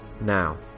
Now